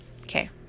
Okay